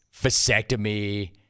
vasectomy